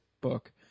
book